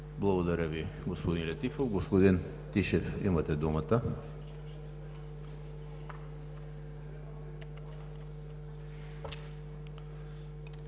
Благодаря, господин Летифов. Господин Тишев, имате думата.